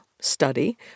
study